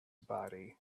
body